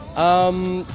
um,